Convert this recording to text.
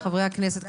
חברי הכנסת,